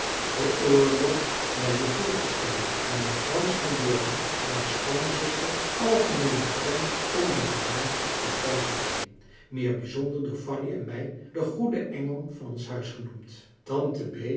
veroorloof mij je voortestellen mijnheer frans van doorning mijn schoonzuster algemeen bekend onder den naam van tante bee meer bijzonder door fanny en mij de goede engel van ons huis genoemd